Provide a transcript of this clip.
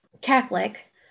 Catholic